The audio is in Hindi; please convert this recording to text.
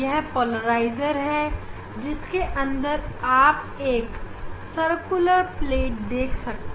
यह पोलराइजर है जिसके अंदर आप एक सर्कुलर प्लेट देख सकते हैं